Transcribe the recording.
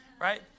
Right